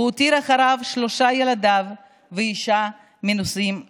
הוא הותיר אחריו שלושה ילדים ואישה מנישואים שניים.